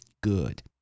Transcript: Good